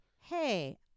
hey—